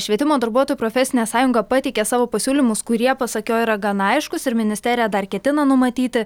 švietimo darbuotojų profesinė sąjunga pateikė savo pasiūlymus kurie pasak jo yra gana aiškūs ir ministerija dar ketina numatyti